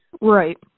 Right